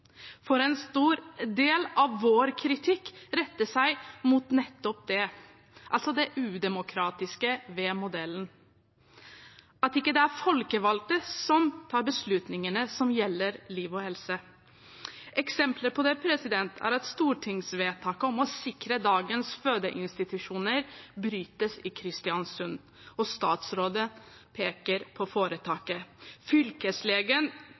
og en stor del av vår kritikk retter seg mot nettopp det – det udemokratiske ved modellen og at det ikke er folkevalgte som tar beslutningene som gjelder liv og helse. Her er noen eksempler på dette: Stortingsvedtaket om å sikre dagens fødeinstitusjoner brytes i Kristiansund – statsråden peker på foretaket. Fylkeslegen